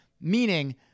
meaning